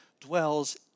dwells